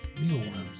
Mealworms